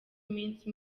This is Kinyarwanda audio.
iminsi